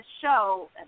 show